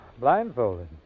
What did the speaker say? Blindfolded